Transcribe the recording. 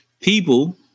people